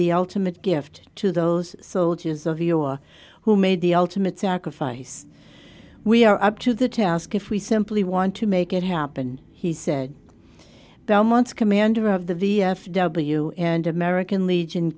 the ultimate gift to those soldiers of your who made the ultimate sacrifice we are up to the task if we simply want to make it happen he said belmont's commander of the v f w and american legion